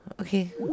okay